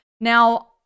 Now